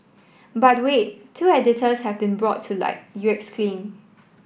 but wait two editors have been brought to light you exclaim